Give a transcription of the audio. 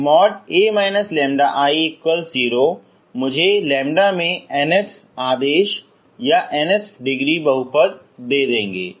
a λI0 मुझे λ में nth आदेश nth डिग्री बहुपद दे देंगे